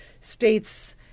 states